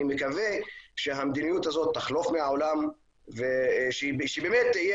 אני מקווה שהמדיניות הזו תחלוף מהעולם ושבאמת תהיה